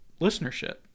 listenership